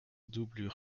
doublure